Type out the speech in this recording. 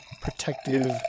protective